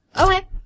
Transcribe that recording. okay